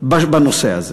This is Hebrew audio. בנושא הזה?